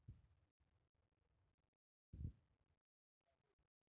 haulm topper हे नाजूक कापणी यंत्रासारखे आहे